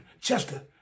chester